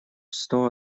сто